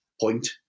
point